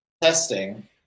testing